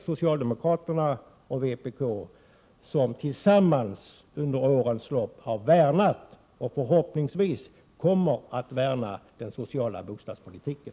Socialdemokraterna och vpk har under årens lopp tillsammans värnat om den sociala bostadspolitiken och kommer förhoppningsvis att fortsätta att värna om den.